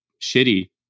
shitty